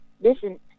listen